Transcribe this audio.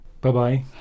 Bye-bye